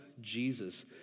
Jesus